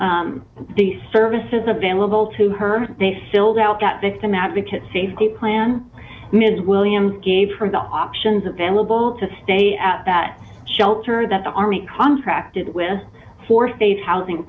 gus the services available to her they filled out that victim advocate safety plan ms williams gave her the options available to stay at that shelter that the army contracted with for state housing